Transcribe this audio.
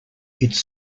its